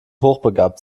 hochbegabt